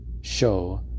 show